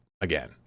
again